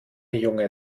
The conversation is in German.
junge